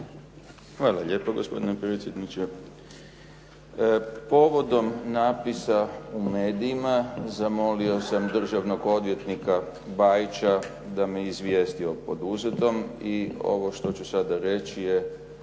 Hvala lijepa gospodine predsjedniče. Povodom natpisa u medijima zamolio sam državnog odvjetnika Bajića da me izvijesti o poduzetom i ovo što ću sada reći je